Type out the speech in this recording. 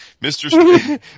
Mr